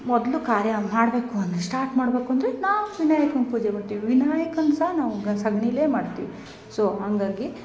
ಮೊದಲು ಕಾರ್ಯ ಮಾಡಬೇಕು ಅಂದರೆ ಸ್ಟಾರ್ಟ್ ಮಾಡಬೇಕು ಅಂದರೆ ನಾವು ವಿನಾಯಕನ ಪೂಜೆ ಮಾಡ್ತಿವಿ ವಿನಾಯಕನ ಸಹ ನಾವು ಸಗಣಿಲೇ ಮಾಡ್ತೀವಿ ಸೋ ಹಂಗಾಗಿ